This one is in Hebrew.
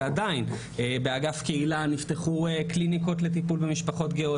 ועדיין - באגף קהילה נפתחו קליניקות לטיפול במשפחות גאות,